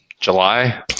July